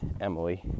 Emily